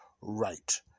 right